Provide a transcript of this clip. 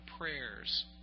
prayers